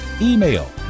email